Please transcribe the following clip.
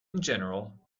general